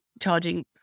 charging